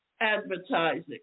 advertising